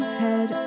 head